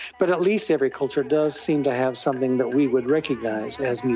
but at least every culture does seem to have something that we would recognise as